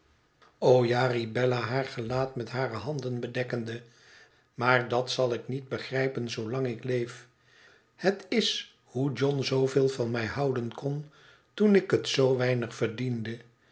toja riep bella haar gelaat met hare handen bedekkende maar dat zal ik niet begrijpen zoolang ik leef het is hoe john zooveel van mij houden kon toen ik het zoo weinig verdiende